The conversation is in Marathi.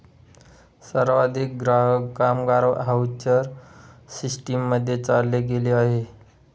सर्वाधिक ग्राहक, कामगार व्हाउचर सिस्टीम मध्ये चालले गेले आहे